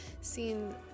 seen